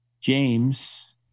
James